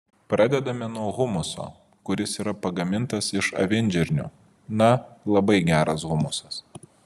pradedame nuo humuso kuris yra pagamintas iš avinžirnių na labai geras humusas